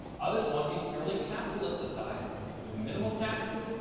others want a purely capitalist society with minimal taxes,